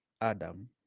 adam